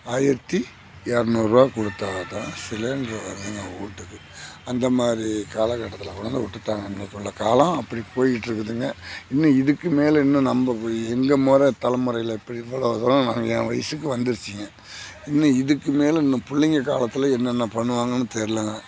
ஆயிரத்து இரநூறுவா கொடுத்தாதான் சிலிண்ட்ரு வருது என் வீட்டுக்கு அந்தமாதிரி காலக்கட்டத்தில் கொண்டாந்து விட்டுட்டாங்க இன்னைக்கு உள்ள காலம் அப்படி போயிகிட்டு இருக்குதுங்க இன்னும் இதுக்கு மேலே இன்னும் நம்ம எங்கள் முற தலமுறல இப்படி இவ்வளோதூரம் நான் என் வயசுக்கு வந்துருச்சுங்க இன்னும் இதுக்கு மேலே இன்னும் பிள்ளைங்க காலத்தில் என்னென்ன பண்ணுவாங்கனு தெர்லைங்க